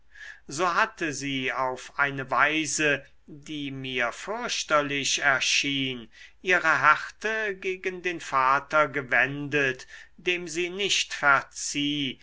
so hatte sie auf eine weise die mir fürchterlich erschien ihre härte gegen den vater gewendet dem sie nicht verzieh